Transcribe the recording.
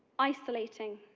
isolating,